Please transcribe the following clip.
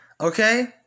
Okay